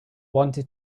wanted